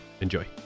Enjoy